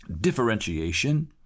differentiation